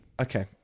Okay